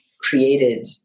created